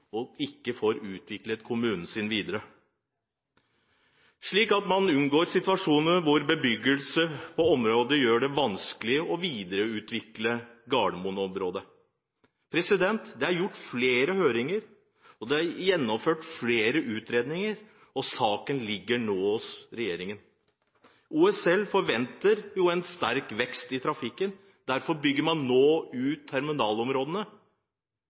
og ikke får utviklet kommunen sin videre – og unngå situasjoner hvor bebyggelse på området gjør det vanskelig å videreutvikle Gardermoen-området. Det er gjennomført flere høringer og flere utredninger, og saken ligger nå hos regjeringen. OSL forventer en sterk vekst i trafikken. Derfor bygger man nå ut terminalområdene.